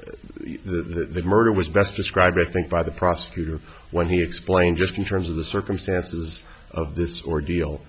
the murder was best described rethink by the prosecutor when he explained just in terms of the circumstances of this ordeal